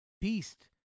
beast